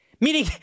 Meaning